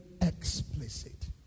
explicit